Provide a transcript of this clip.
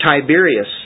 Tiberius